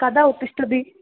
कदा उत्तिष्ठति